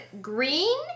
green